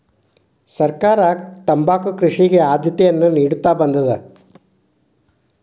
ಸರ್ಕಾರವು ತಂಬಾಕು ಕೃಷಿಗೆ ಆದ್ಯತೆಯನ್ನಾ ನಿಡುತ್ತಾ ಬಂದಿದೆ